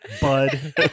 Bud